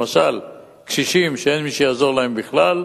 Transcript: למשל, קשישים שאין מי שיעזור להם בכלל,